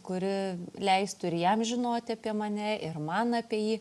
kuri leistų ir jam žinoti apie mane ir man apie jį